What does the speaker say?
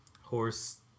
horse